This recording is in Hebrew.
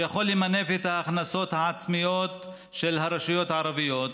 שיכול למנף את ההכנסות העצמיות של הרשויות הערביות,